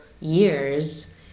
years